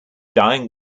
dying